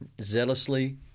zealously